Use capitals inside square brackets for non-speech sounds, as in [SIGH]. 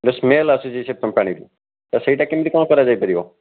[UNINTELLIGIBLE] smell ଆସୁଛି ସେ ପାଣିରୁ ତ ସେଇଟା କେମିତି କ'ଣ କରାଯାଇପାରିବ